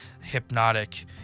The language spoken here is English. hypnotic